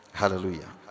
Hallelujah